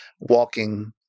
walking